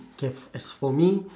okay as for me